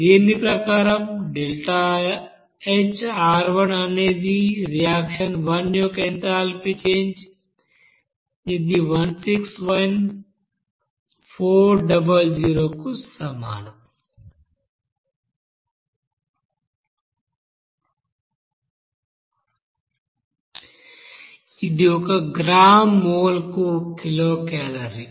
దీని ప్రకారం ΔHR1 అనేది రియాక్షన్ 1 యొక్క ఎంథాల్పీ చేంజ్ ఇది 161400 కు సమానం ఇదిఒక గ్రామ్ మోల్కు కిలోకలోరీ